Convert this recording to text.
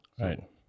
right